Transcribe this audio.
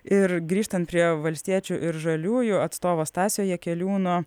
ir grįžtant prie valstiečių ir žaliųjų atstovo stasio jakeliūno